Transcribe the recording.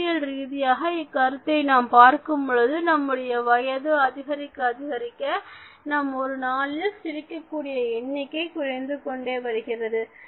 உளவியல் ரீதியாக இக்கருத்தை நாம் பார்க்கும் பொழுது நம்முடைய வயது அதிகரிக்க அதிகரிக்க நாம் ஒரு நாளில் சிரிக்கக்கூடிய எண்ணிக்கை குறைந்து கொண்டேவருகிறது